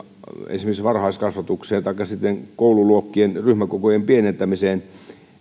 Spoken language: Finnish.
esimerkiksi varhaiskasvatukseen taikka sitten koululuokkien ryhmäkokojen pienentämiseen